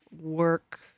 work